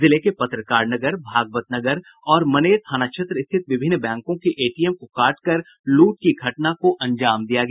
जिले के पत्रकार नगर भागवतनगर और मनेर थाना क्षेत्र स्थित विभिन्न बैंकों के एटीएम को काटकर लूट की घटना को अंजाम दिया गया